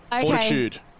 Fortitude